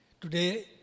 today